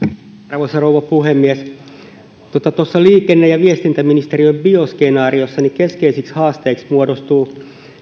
arvoisa rouva puhemies tuossa liikenne ja viestintäministeriön bioskenaariossa keskeisiksi haasteiksi muodostuvat